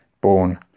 born